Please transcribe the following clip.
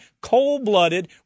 cold-blooded